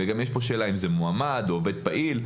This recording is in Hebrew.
יש פה שאלה האם זה מועמד או עובד פעיל.